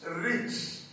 rich